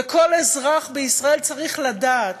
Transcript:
וכל אזרח בישראל צריך לדעת